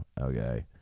okay